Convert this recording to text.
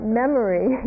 memory